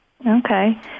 okay